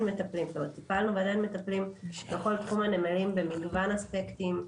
מטפלים בכל תחום הנמלים במגוון אספקטים,